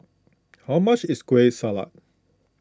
how much is Kueh Salat